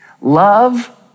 Love